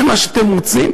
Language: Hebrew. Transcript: זה מה שאתם רוצים,